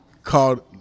called